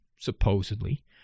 supposedly